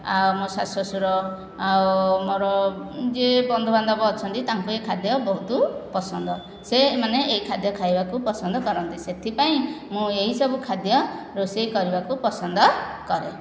ଆଉ ମୋ ଶାଶୁ ଶଶୁର ଆଉ ମୋର ଯିଏ ବନ୍ଧୁବାନ୍ଧବ ଅଛନ୍ତି ତାଙ୍କୁ ଏ ଖାଦ୍ୟ ବହୁତ ପସନ୍ଦ ସେମାନେ ଏହି ଖାଦ୍ୟ ଖାଇବାକୁ ପସନ୍ଦ କରନ୍ତି ସେଥିପାଇଁ ମୁଁ ଏହିସବୁ ଖାଦ୍ୟ ରୋଷେଇ କରିବାକୁ ପସନ୍ଦ କରେ